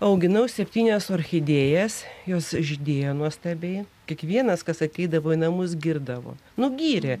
auginau septynias orchidėjas jos žydėjo nuostabiai kiekvienas kas ateidavo į namus girdavo nugyrė